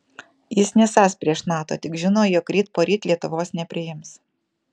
jis nesąs prieš nato tik žino jog ryt poryt lietuvos nepriims